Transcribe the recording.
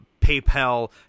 PayPal